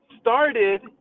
started